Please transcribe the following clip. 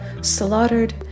slaughtered